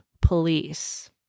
Police